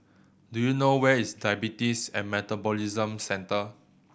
do you know where is Diabetes and Metabolism Centre